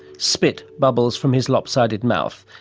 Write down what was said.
spit bubbles from his lopsided mouth,